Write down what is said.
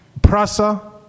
Prasa